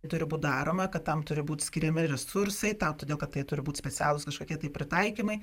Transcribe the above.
turi būt daroma kad tam turi būt skiriami resursai tą todėl kad tai turi būt specialūs kažkokie tai pritaikymai